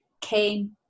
came